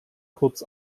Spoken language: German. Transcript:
kurz